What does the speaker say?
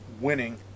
winning